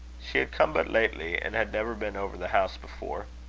she had come but lately, and had never been over the house before.